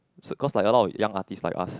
because a lot of young artists like us